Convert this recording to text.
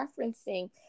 referencing